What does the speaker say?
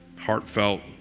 heartfelt